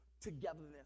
togetherness